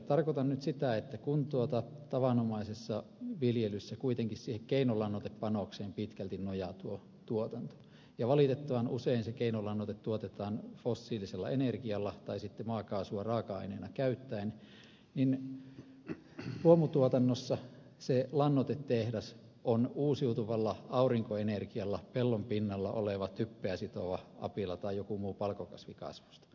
tarkoitan nyt sitä että kun tavanomaisessa viljelyssä kuitenkin siihen keinolannoitepanokseen pitkälti nojaa tuo tuotanto ja valitettavan usein se keinolannoite tuotetaan fossiilisella energialla tai sitten maakaasua raaka aineena käyttäen niin luomutuotannossa se lannoitetehdas on uusiutuvalla aurinkoenergialla pellon pinnalla typpeä sitova apila tai joku muu palkokasvikasvusto